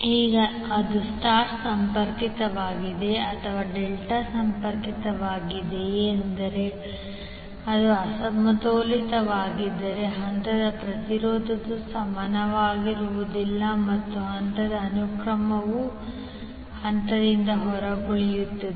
ಈಗ ಅದು ಸ್ಟರ್ ಸಂಪರ್ಕಿತವಾಗಿದೆಯೆ ಅಥವಾ ಡೆಲ್ಟಾ ಸಂಪರ್ಕಿತವಾಗಿದೆಯೆಂದರೆ ಅದು ಅಸಮತೋಲಿತವಾಗಿದ್ದರೆ ಹಂತದ ಪ್ರತಿರೋಧವು ಸಮನಾಗಿರುವುದಿಲ್ಲ ಮತ್ತು ಹಂತದ ಅನುಕ್ರಮವು ಹಂತದಿಂದ ಹೊರಗುಳಿಯುತ್ತದೆ